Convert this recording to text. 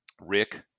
Rick